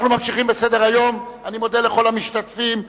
אני מודה לכל המשתתפים.